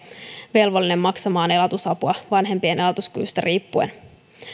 velvollinen maksamaan elatusapua vanhempien elatuskyvystä riippuen